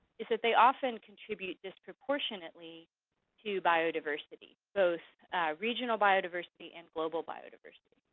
is that they often contribute disproportionately to biodiversity, both regional biodiversity and global biodiversity.